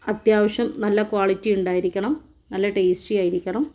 അത്യാവശ്യം നല്ല ക്വാളിറ്റി ഉണ്ടായിരിക്കണം നല്ല ടേസ്റ്റിയായിരിക്കണം